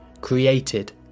created